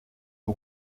w’u